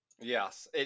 Yes